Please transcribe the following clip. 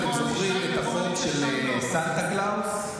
אם אתם זוכרים את החוק של סנטה קלאוס,